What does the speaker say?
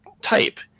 type